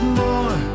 more